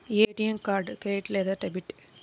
ATM card credit లేదా debit?